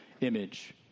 image